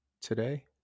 today